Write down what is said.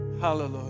Hallelujah